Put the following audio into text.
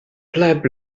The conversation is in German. bleib